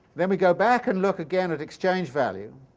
then we go back and look again at exchange-value.